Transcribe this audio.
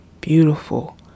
beautiful